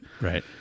right